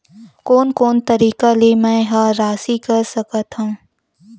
कोन कोन तरीका ले मै ह राशि कर सकथव?